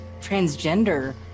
transgender